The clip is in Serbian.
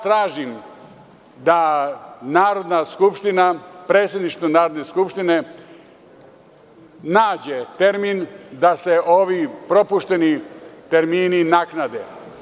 Tražim da predsedništvo Narodne skupštine nađe termin da se ovi propušteni termini naknade.